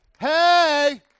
Hey